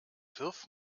wirf